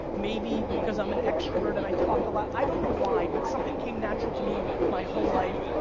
maybe because i'm an extrovert and i talk a lot, i don't know why, but something came natural to me my whole life,